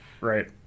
Right